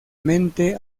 mente